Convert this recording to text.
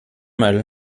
mal